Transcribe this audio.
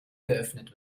geöffnet